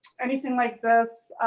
anything like this.